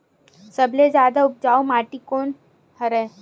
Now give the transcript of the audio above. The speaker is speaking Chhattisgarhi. सबले जादा उपजाऊ माटी कोन हरे?